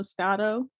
moscato